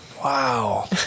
Wow